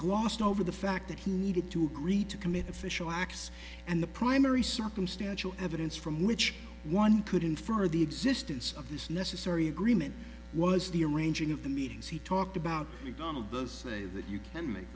glossed over the fact that he needed to agree to commit official acts and the primary circumstantial evidence from which one could infer the existence of this necessary agreement was the arranging of the meetings he talked about the donald the say that you can make